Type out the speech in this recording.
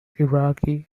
iraqi